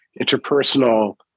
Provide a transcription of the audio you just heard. interpersonal